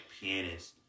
pianist